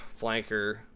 flanker